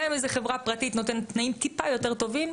גם אם איזו חברה פרטית נותנת תנאים טיפה יותר טובים,